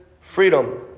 freedom